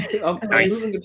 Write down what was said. Nice